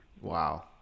wow